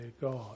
God